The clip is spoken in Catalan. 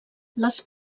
les